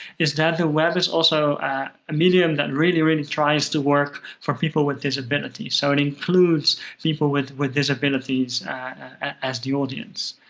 is that the web is also a medium that really, really tries to work for people with disabilities. so it includes people with with disabilities as the audience.